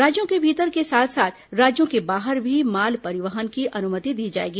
राज्यों के भीतर के साथ साथ राज्यों के बाहर भी माल परिवहन की अनुमति दी जाएगी